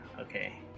Okay